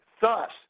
Thus